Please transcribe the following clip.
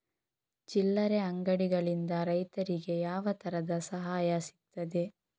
ಚಿಲ್ಲರೆ ಅಂಗಡಿಗಳಿಂದ ರೈತರಿಗೆ ಯಾವ ತರದ ಸಹಾಯ ಸಿಗ್ತದೆ?